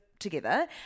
Together